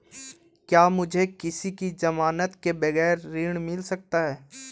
क्या मुझे किसी की ज़मानत के बगैर ऋण मिल सकता है?